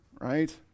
right